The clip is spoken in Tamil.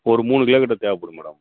ஒரு மூணு கிலோக்கிட்டே தேவைப்படும் மேடம்